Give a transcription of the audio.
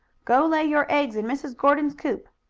go lay your eggs in mrs. gordon's coop.